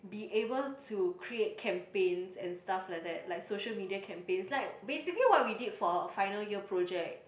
be able to create campaigns and stuff like that like social media campaigns like basically what we did for final year project